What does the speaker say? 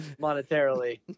monetarily